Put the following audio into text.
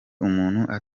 umuntu